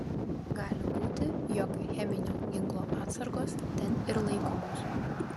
gali būti jog cheminio ginklo atsargos ten ir laikomos